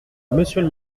monsieur